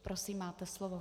Prosím, máte slovo.